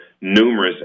numerous